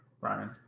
Ryan